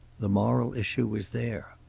the moral issue was there.